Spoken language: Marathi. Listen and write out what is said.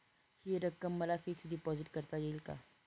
हि रक्कम मला फिक्स डिपॉझिट करता येईल का?